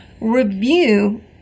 review